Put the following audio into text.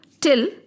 till